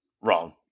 Wrong